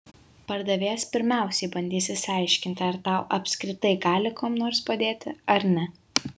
pardavėjas pirmiausiai bandys išsiaiškinti ar tau apskritai gali kuom nors padėti ar ne